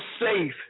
safe